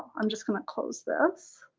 i'm just gonna close this.